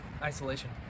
Isolation